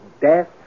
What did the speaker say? death